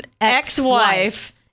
ex-wife